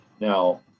Now